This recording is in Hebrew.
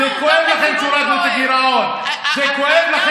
כואב לנו